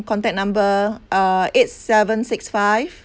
contact number uh eight seven six five